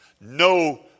no